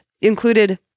included